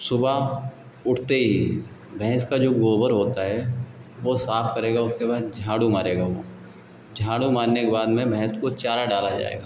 सुबह उठते ही भैँस का जो गोबर होता है वह साफ़ करेगा उसके बाद झाडू मारेगा वह झाडू मारने के बाद में भैँस को चारा डाला जाएगा